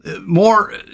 more